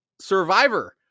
survivor